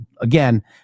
again